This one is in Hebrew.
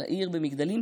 אלא עיר במגדלים,